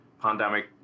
pandemic